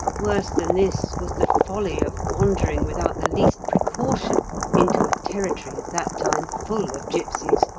worse than this was the folly of wandering without the least precaution into a territory at that time full of gipsies,